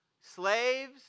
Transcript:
slaves